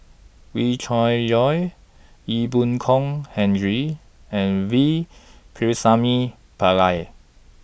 Wee Cho Yaw Ee Boon Kong Henry and V Pakirisamy Pillai